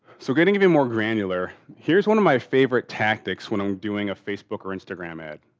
so, getting even more granular, here's one of my favorite tactics when i'm doing a facebook or instagram ad.